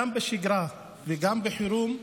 גם בשגרה וגם בחירום,